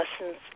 Lessons